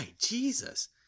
Jesus